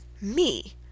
Me